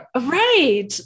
Right